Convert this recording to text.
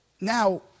Now